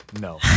no